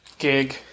gig